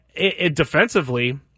defensively